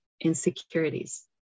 insecurities